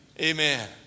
Amen